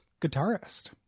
Guitarist